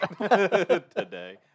today